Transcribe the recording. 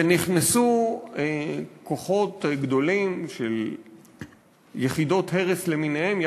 ונכנסו כוחות גדולים של יחידות הרס למיניהן,